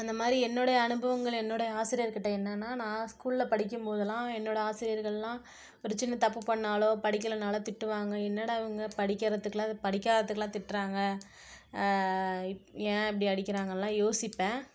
அந்தமாதிரி என்னுடைய அனுபவங்கள் என்னுடைய ஆசிரியர்கிட்ட என்னென்னா நான் ஸ்கூல்ல படிக்கும் போதுல்லாம் என்னோடய ஆசிரியர்கள்லாம் ஒரு சின்ன தப்பு பண்ணாலோ படிக்கலன்னாலோ திட்டுவாங்க என்னடா இவங்க படிக்கிறதுக்குலாம் படிக்காதத்துக்கெல்லாம் திட்டுறாங்க ஏன் இப்படி அடிக்கறாங்கன்லாம் யோசிப்பேன்